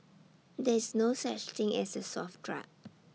there is no such thing as A soft drug